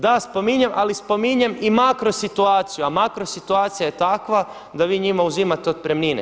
Da spominjem, ali spominjem i makro situaciju a makro situacija je takva da vi njima uzimate otpremnine.